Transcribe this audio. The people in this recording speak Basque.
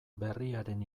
berriaren